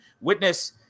witness